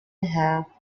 have